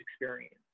experience